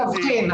זה התבחין.